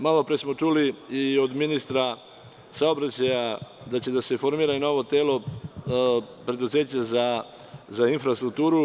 Malopre smo čuli i od ministra saobraćaja da će da se formira i novo telo, preduzeće za infrastrukturu.